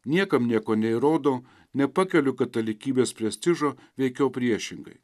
niekam nieko neįrodo nepakeliu katalikybės prestižo veikiau priešingai